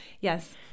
Yes